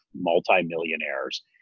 multimillionaires